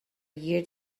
year